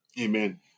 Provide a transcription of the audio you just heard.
amen